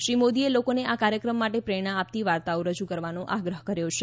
શ્રી મોદીએ લોકોને આ કાર્યક્રમ માટે પ્રેરણા આપતી વાર્તાઓ રજૂ કરવાનો આગ્રહ કર્યો છે